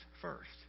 first